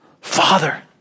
Father